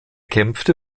kämpfte